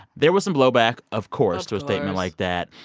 there was some blowback, of course, to a statement like that.